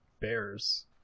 bears